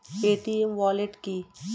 Paytm wallet কি?